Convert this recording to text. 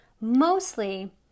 mostly